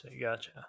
Gotcha